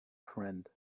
friend